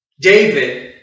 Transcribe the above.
David